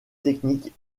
techniques